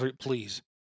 Please